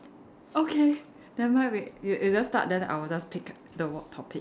okay never mind we you you just start then I will just pick the word topic